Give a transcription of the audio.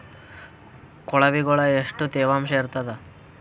ಕೊಳವಿಗೊಳ ಎಷ್ಟು ತೇವಾಂಶ ಇರ್ತಾದ?